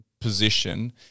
position